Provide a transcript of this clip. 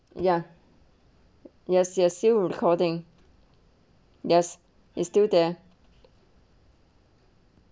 ya yes we're still recording yes is still there